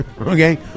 Okay